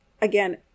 Again